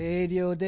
Radio